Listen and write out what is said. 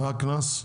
מה הקנס?